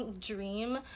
dream